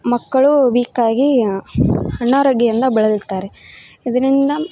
ಮಕ್ಕಳು ವೀಕಾಗಿ ಅನಾರೋಗ್ಯದಿಂದ ಬಳಲುತ್ತಾರೆ ಇದರಿಂದ